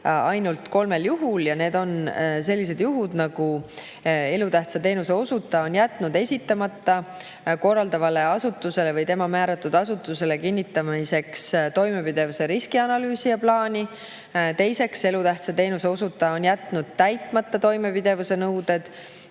ainult kolmel juhul. Need on sellised juhud: [esiteks,] elutähtsa teenuse osutaja on jätnud esitamata korraldavale asutusele või tema määratud asutusele kinnitamiseks toimepidevuse riskianalüüsi ja plaani, teiseks, elutähtsa teenuse osutaja on jätnud täitmata toimepidevuse nõuded